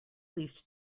least